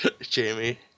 Jamie